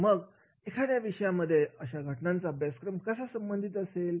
तर मग एखाद्या विषयामध्ये अशा घटना अभ्यास कसा संबंधित असेल